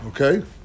Okay